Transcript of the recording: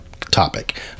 topic